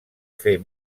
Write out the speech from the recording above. fer